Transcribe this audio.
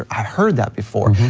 they're, i've heard that before,